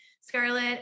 Scarlett